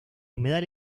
humedal